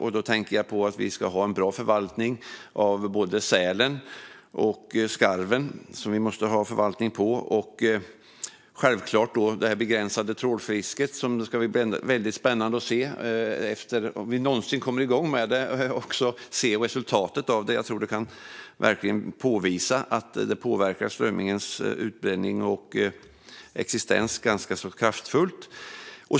Jag tänker på att vi ska ha en bra förvaltning av både sälen och skarven. Det ska självklart också bli väldigt spännande att se resultatet av begränsningen av trålfisket, om vi någonsin kommer igång med den. Jag tror att det verkligen kan komma att visa sig att den påverkar strömmingens utbredning och existens ganska kraftfullt.